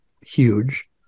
huge